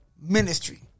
Ministry